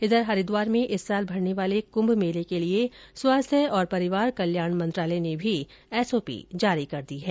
इधर हरिद्वार में इस साल भरने वाले कुंभ मेले के लिए स्वास्थ्य और परिवार कल्याण मंत्रालय की ओर से भी एसओपी जारी कर दी गई है